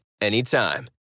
anytime